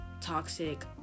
toxic